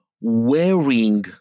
wearing